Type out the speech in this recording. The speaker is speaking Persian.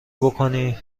بکنی